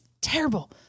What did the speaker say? terrible